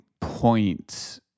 point